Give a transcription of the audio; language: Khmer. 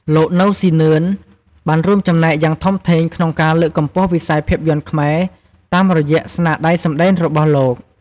លោក នៅ សុីនឿន បានរួមចំណែកយ៉ាងធំធេងក្នុងការលើកកម្ពស់វិស័យភាពយន្តខ្មែរតាមរយៈស្នាដៃសម្តែងរបស់លោក។